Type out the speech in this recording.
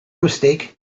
mistake